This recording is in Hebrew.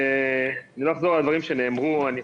הרשות.